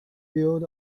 built